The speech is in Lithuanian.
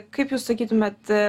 kaip jūs sakytumėt